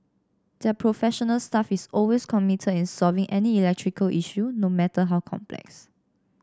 their professional staff is always committed in solving any electrical issue no matter how complex